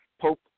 Pope